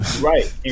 Right